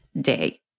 Day